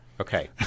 Okay